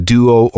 Duo